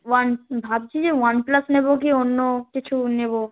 one ভাবছি যে OnePlus নেবো কি অন্য কিছু নেবো